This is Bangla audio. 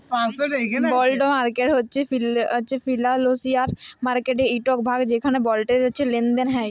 বল্ড মার্কেট হছে ফিলালসিয়াল মার্কেটের ইকট ভাগ যেখালে বল্ডের লেলদেল হ্যয়